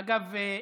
אגב,